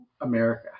America